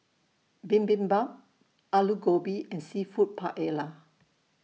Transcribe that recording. Bibimbap Alu Gobi and Seafood Paella